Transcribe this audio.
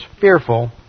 fearful